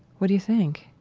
what do you think?